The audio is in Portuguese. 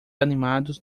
animados